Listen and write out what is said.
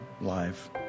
live